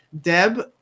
Deb